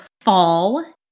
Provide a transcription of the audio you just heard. Fall